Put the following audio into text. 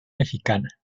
mexicana